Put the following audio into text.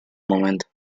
momento